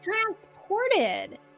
transported